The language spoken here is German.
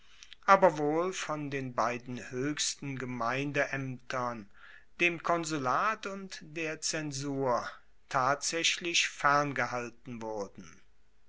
aber wohl von den beiden hoechsten gemeindeaemtern dem konsulat und der zensur tatsaechlich ferngehalten wurden